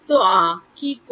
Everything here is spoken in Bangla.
তো আহ কি করে